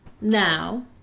Now